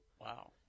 Wow